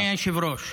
אדוני היושב-ראש,